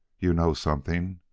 you know something.